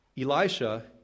Elisha